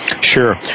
Sure